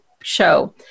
show